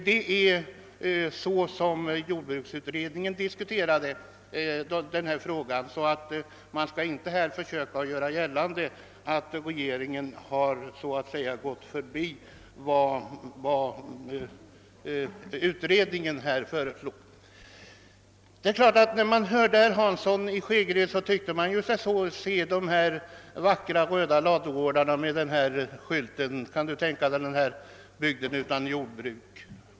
Det var på det sättet jordbruksutredningen diskuterade denna fråga, och man skall inte försöka göra gällande att regeringen inte tagit hänsyn till vad utredningen härvidlag föreslog. När man hörde herr Hansson i Skegrie, tyckte man sig se de vackra röda ladugårdarna med denna skylt: Kan du tänka dig denna bygd utan jordbruk?